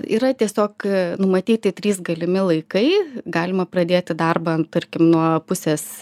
yra tiesiog numatyti trys galimi laikai galima pradėti darbą tarkim nuo pusės